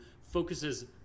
focuses